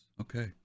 Okay